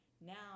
Now